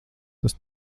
tas